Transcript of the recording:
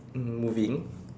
um moving